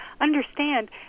understand